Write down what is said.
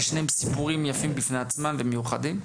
ששניהם סיפורים יפים בפני עצמם ושניהם מיוחדים.